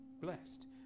blessed